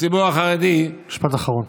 בציבור החרדי, משפט אחרון.